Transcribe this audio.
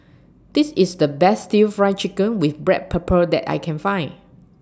This IS The Best Stir Fried Chicken with Black Pepper that I Can Find